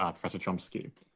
ah professor chomsky.